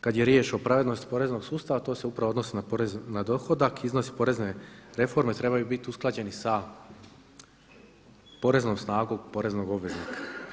Kad je riječ o pravednosti poreznog sustava to se upravo odnosi na porez na dohodak, iznosi porezne reforme trebaju biti usklađeni sa poreznom snagom poreznog obveznika.